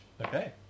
Okay